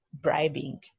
bribing